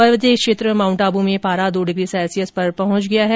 पर्वतीय क्षेत्र माउंट आबू में पारा दो डिग्री सैल्सियस पर पहुंच गया है